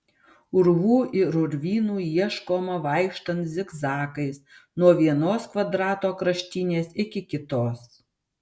urvų ir urvynų ieškoma vaikštant zigzagais nuo vienos kvadrato kraštinės iki kitos